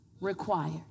required